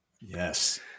Yes